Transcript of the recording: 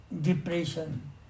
depression